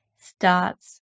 starts